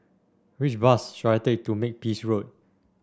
which bus should I take to Makepeace Road